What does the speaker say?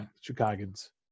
Chicagoans